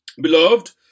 Beloved